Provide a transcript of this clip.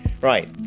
Right